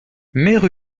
mère